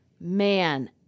man